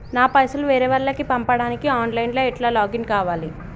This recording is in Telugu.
నా పైసల్ వేరే వాళ్లకి పంపడానికి ఆన్ లైన్ లా ఎట్ల లాగిన్ కావాలి?